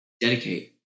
dedicate